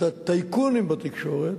את הטייקונים בתקשורת,